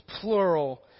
plural